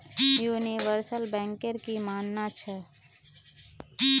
universal banker की मानना छ